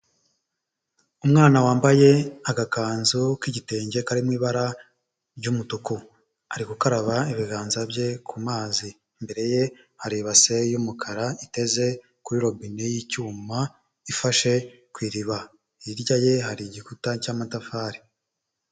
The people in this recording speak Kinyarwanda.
Umwana wambaye agakanzu k'igitenge, kari mu ibara ry'umutuku. Ari gukaraba ibiganza bye ku mazi. Imbere ye hari ibase y'umukara, iteze kuri robine y'icyuma ifashe ku iriba. Hirya ye hari igikuta cy'amatafari.